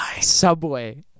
subway